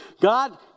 God